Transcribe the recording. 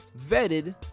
vetted